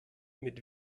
mit